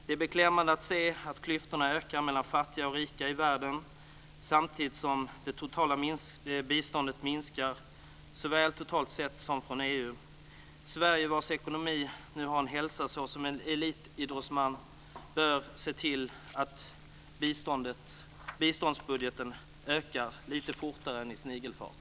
Det är beklämmande att se att klyftorna ökar mellan fattiga och rika i världen samtidigt som det sammanlagda biståndet minskar såväl totalt sett som från EU. Sverige, vars ekonomi nu har en hälsa som en elitidrottsman, bör se till att biståndsbudgeten ökar lite fortare än i snigelfart.